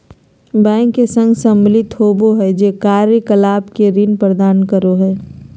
bank के संघ सम्मिलित होबो हइ जे कार्य कलाप में ऋण प्रदान करो हइ